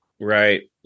Right